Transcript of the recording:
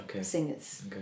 singers